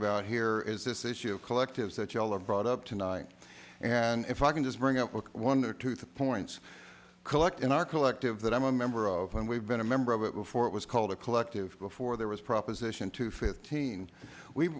about here is this issue of collectives that you all of brought up tonight and if i can just bring up one or two three points collect in our collective that i'm a member of and we've been a member of it before it was called a collective before there was proposition two fifteen we